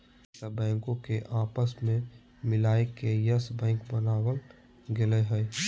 ढेर सा बैंको के आपस मे मिलाय के यस बैक बनावल गेलय हें